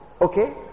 okay